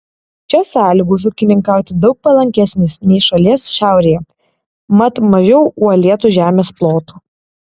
čia sąlygos ūkininkauti daug palankesnės nei šalies šiaurėje mat mažiau uolėtų žemės plotų